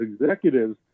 executives